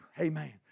amen